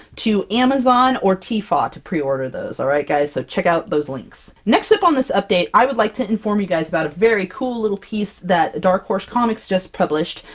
to amazon or tfaw to pre-order those. alright guys? so check out those links. next up on this update, i would like to inform you guys about a very cool little piece that the dark horse comics just published,